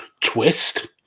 twist